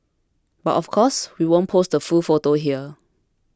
but of course we won't post the full photo here